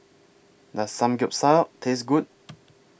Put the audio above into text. Does Samgeyopsal Taste Good